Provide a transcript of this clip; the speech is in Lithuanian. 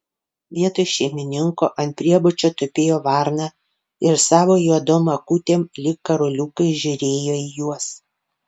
vietoj šeimininko ant priebučio tupėjo varna ir savo juodom akutėm lyg karoliukais žiūrėjo į juos